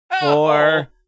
Four